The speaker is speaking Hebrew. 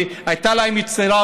והייתה להם יצירה,